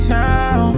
now